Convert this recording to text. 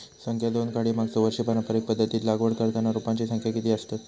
संख्या दोन काडी मागचो वर्षी पारंपरिक पध्दतीत लागवड करताना रोपांची संख्या किती आसतत?